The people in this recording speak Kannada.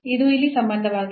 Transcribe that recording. ಇದು ಇಲ್ಲಿ ಸಂಬಂಧವಾಗಿದೆ